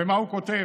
ומה הוא כותב?